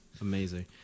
Amazing